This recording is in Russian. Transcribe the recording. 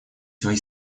свои